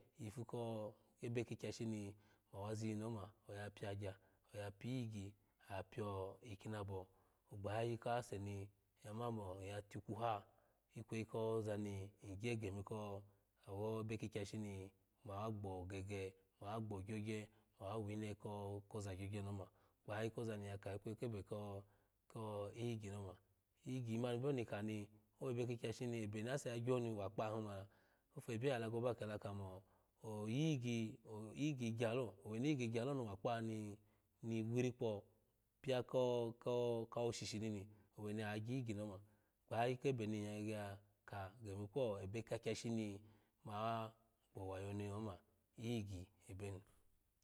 Yifu ko kebe kikyashi ni ma ziyi ni oma oya pia agya oya pyi iyigyi a pyo ikinaba ogbayayi kase ni in ya ma mo in ya tikuha ikweyi kozani ng gye gemi ko awo ebe kikyashi ni mawa gbo ogege mawa gbo ogyogye mawa wine koza gyogye ni oma gbayayi koza ni in yaka ikweyi kebe ko ko iyigyi ni oma iyigyi mani bio ni in kani owebe ki kyashi ni ebe ni ase ya gyo ni wa akpaha hun man la afebye alago ba kela kamo o iyigyi o iyigyi gya lo oweni iyigyi gyaloni wa akpaha ni oweni agyi iyigyi ni oma gbayayi kebe ni ng ya gege yaka gemi ebe ka kyashi ni mawa gbowaye ni oma iyigyi ebeni.